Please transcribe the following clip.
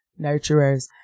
nurturers